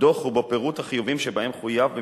יושב-ראש ועדת הכלכלה, כרמל